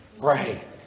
Right